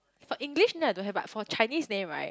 for English I don't have but for Chinese name right